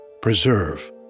preserve